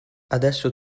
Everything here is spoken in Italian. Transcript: adesso